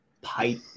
pipe